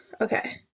Okay